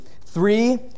three